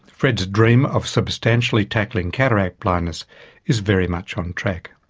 fred's dream of substantially tackling cataract blindness is very much on track.